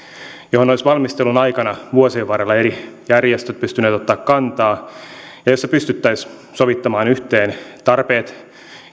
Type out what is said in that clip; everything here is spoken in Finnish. johon olisivat valmistelun aikana vuosien varrella eri järjestöt pystyneet ottamaan kantaa ja jossa pystyttäisiin sovittamaan yhteen tarpeet